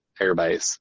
airbase